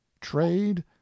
trade